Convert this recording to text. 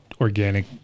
organic